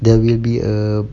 there will be a